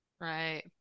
Right